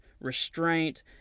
restraint